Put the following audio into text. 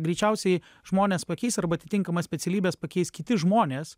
greičiausiai žmonės pakeis arba atitinkamas specialybes pakeis kiti žmonės